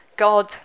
God